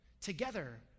Together